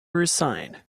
resign